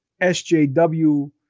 SJW